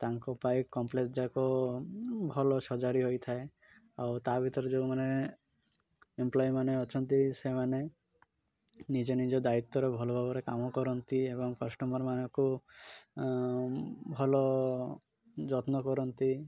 ତାଙ୍କପାଇଁ କମ୍ପ୍ଲେକ୍ସ ଯାକ ଭଲ ସଜାଡ଼ି ହୋଇଥାଏ ଆଉ ତା' ଭିତରେ ଯେଉଁମାନେ ଏମ୍ପ୍ଲୋୟିମାନେ ଅଛନ୍ତି ସେମାନେ ନିଜେ ନିଜ ଦାୟିତ୍ୱରେ ଭଲ ଭାବରେ କାମ କରନ୍ତି ଏବଂ କଷ୍ଟମରମାନଙ୍କୁ ଭଲ ଯତ୍ନ କରନ୍ତି